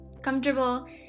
Comfortable